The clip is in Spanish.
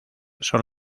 son